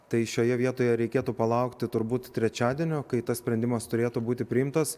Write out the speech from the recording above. tai šioje vietoje reikėtų palaukti turbūt trečiadienio kai tas sprendimas turėtų būti priimtas